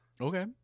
Okay